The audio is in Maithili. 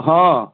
हँ